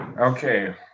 Okay